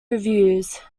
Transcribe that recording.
reviews